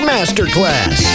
Masterclass